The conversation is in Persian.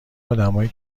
آدمایی